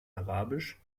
arabisch